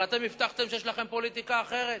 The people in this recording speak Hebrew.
אבל אתם הבטחתם שיש לכם פוליטיקה אחרת,